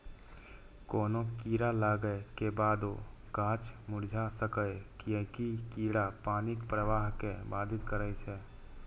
कोनो कीड़ा लागै के बादो गाछ मुरझा सकैए, कियैकि कीड़ा पानिक प्रवाह कें बाधित करै छै